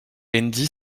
andy